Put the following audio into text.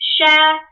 Share